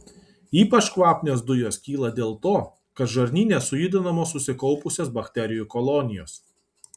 ypač kvapnios dujos kyla dėl to kad žarnyne sujudinamos susikaupusios bakterijų kolonijos